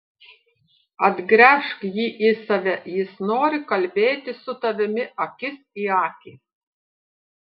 atgręžk jį į save jis nori kalbėtis su tavimi akis į akį